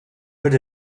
rid